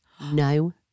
No